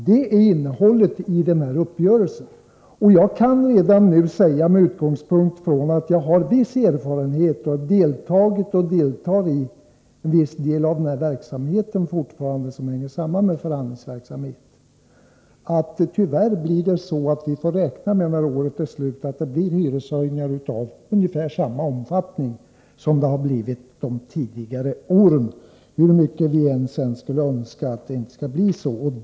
Det är innehållet i uppgörelsen. Eftersom jag har viss erfarenhet av och har deltagit och deltar i viss del av den verksamhet som hänger samman med förhandlingsverksamhet kan jag redan nu säga att vi tyvärr får räkna med hyreshöjningar av ungefär samma omfattning som under tidigare år.